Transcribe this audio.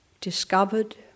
discovered